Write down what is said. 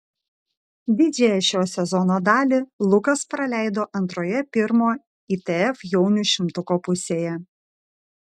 didžiąją šio sezono dalį lukas praleido antroje pirmo itf jaunių šimtuko pusėje